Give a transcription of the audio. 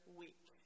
week